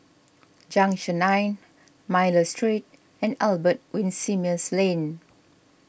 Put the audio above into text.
Junction nine Miller Street and Albert Winsemius Lane